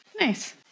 Nice